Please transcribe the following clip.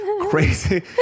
Crazy